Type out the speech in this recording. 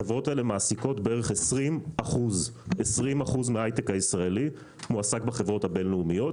בחברות האלה כ-20 אחוזים מההיי-טק הישראלי מועסק בחברות הבין-לאומיות.